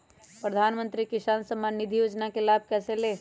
प्रधानमंत्री किसान समान निधि योजना का लाभ कैसे ले?